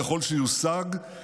ככל שיושג,